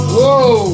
Whoa